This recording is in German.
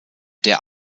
der